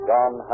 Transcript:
John